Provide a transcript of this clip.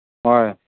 ꯍꯣꯏ